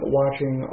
watching